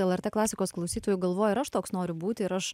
lrt klasikos klausytojų galvoja ir aš toks noriu būti ir aš